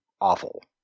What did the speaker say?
awful